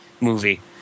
movie